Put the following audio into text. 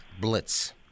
Blitz